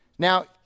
Now